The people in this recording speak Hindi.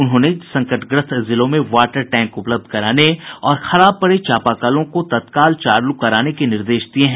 उन्होंने संकटग्रस्त जिलों में वाटर टैंक उपलब्ध कराने और खराब पड़े चापाकलों को तत्काल चालू कराने के निर्देश दिये हैं